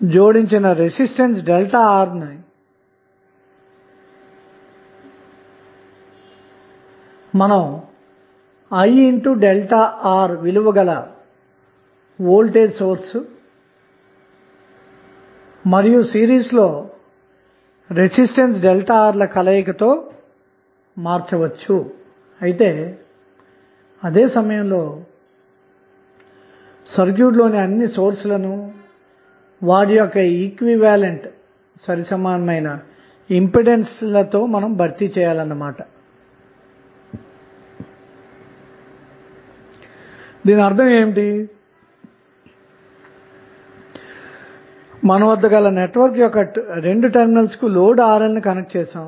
ఇక్కడ రెసిస్టెన్స్ లు K ohm లో ఉండటం వలన కరెంట్ సోర్స్ ను mA తీసుకొన్నాము దాని వలన సర్క్యూట్ ని సులభంగా సరళీకృతం చేయవచ్చు అంతే కాకుండా మనకు వోల్టేజ్ కూడా వోల్ట్స్ లో లభిస్తుంది